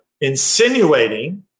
insinuating